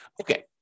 Okay